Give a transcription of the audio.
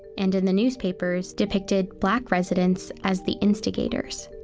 and in the newspapers, depicted black residents as the instigators.